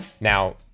Now